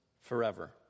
forever